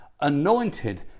anointed